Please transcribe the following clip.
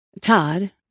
Todd